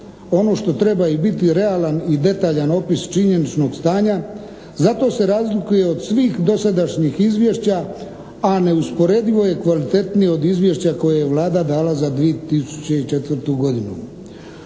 ono što treba i biti realan i detaljan opis činjeničnog stanja, zato se razlikuje od svih dosadašnjih izvješća a neusporedivo je kvalitetnije od izvješća koje je Vlada dala za 2004. godinu.